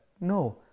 no